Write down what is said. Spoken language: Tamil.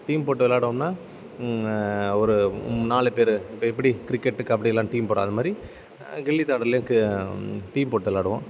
டீம் போட்டு விளாடுவோம்னா ஒரு நாலு பேர் இப்போ எப்படி கிரிக்கெட் கபடி எல்லாம் டீம் போடுறோம் அதுமாதிரி கில்லிதாண்டுதலுக்கு டீம் போட்டு விளாடுவோம்